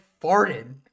farted